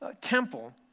temple